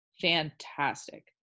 Fantastic